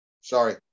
Sorry